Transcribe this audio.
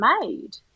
made